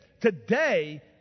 today